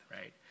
right